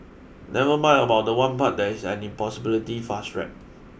never mind about the one part that is an impossibility fast rap